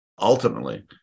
ultimately